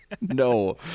no